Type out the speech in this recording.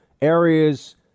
areas